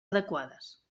adequades